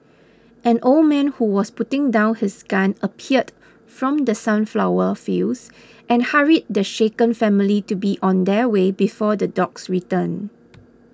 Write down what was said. an old man who was putting down his gun appeared from the sunflower fields and hurried the shaken family to be on their way before the dogs return